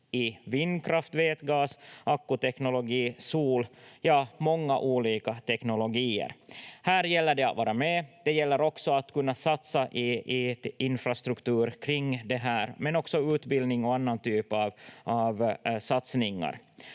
i vindkraft, vätgas, ackuteknologi, sol, ja, många olika teknologier. Här gäller det att vara med. Det gäller också att kunna satsa på infrastruktur kring det här men också på utbildning och annan typ av satsningar.